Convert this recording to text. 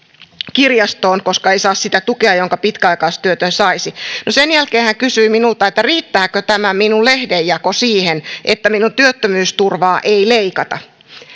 kirjastoon koska ei saa sitä tukea jonka pitkäaikaistyötön saisi no sen jälkeen hän kysyi minulta että riittääkö tämä minun lehdenjako siihen että minun työttömyysturvaa ei leikata